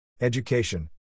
Education